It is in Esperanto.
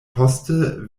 poste